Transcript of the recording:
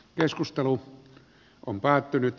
keskustelu on päättynyt